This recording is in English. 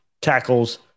tackles